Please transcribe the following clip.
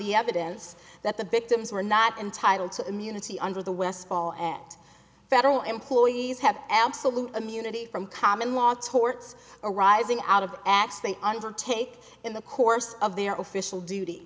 the evidence that the victims were not entitled to immunity under the westfall at federal employees have absolute immunity from common law torts arising out of acts they undertake in the course of their oficial dut